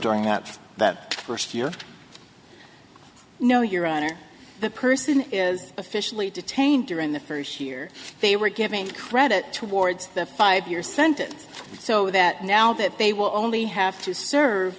during out that first year no your honor the person is officially detained during the first year they were giving credit towards the five year sentence so that now that they will only have to serve